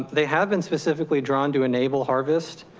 they have been specifically drawn to enable harvest,